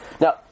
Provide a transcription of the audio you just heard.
Now